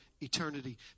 eternity